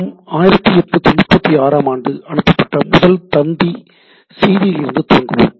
நாம் 1836 ஆம் ஆண்டு அனுப்பப்பட்ட முதல் தந்தி செய்தியிலிருந்து துவங்குவோம்